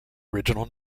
original